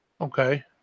okay